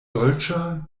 dolĉa